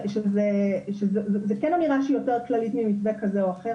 שזה כן אמירה שהיא יותר כללית ממתווה כזה או אחר,